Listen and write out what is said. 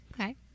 okay